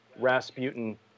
Rasputin